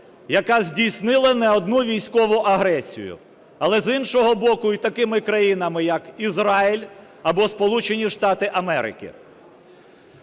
яка здійснила не одну військову агресію, але з іншого боку – і такими країнами як Ізраїль або